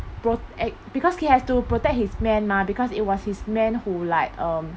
pro~ act~ because he has to protect his men mah because it was his men who like um